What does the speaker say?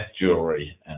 jewelry